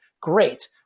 great